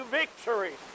victory